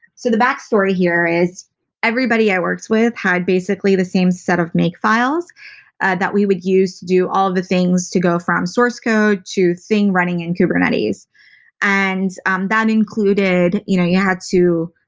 so the back story here is everybody i worked with had basically the same set of make files that we would use to do all of the things to go from source code to things running in kubernetes and um that included, you know you had to,